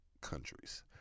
countries